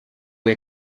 che